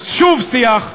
שוב שיח,